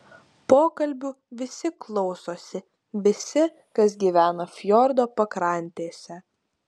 pokalbių visi klausosi visi kas gyvena fjordo pakrantėse